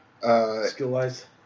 skill-wise